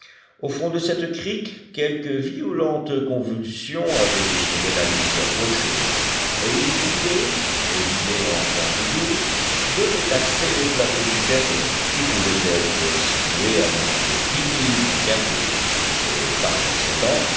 au fond de cette crique quelque violente convulsion avait déchiré la lisière rocheuse et une coupée évidée en pente douce donnait accès au plateau supérieur qui pouvait être situé à moins de dix milles du cap griffe et par conséquent